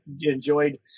enjoyed